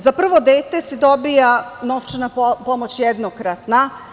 Za prvo dete se dobija novčana pomoć jednokratna.